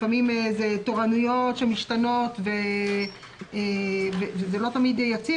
לפעמים אלה תורנויות שמשתנות ולא תמיד זה יציב.